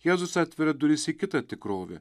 jėzus atveria duris į kitą tikrovę